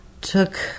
took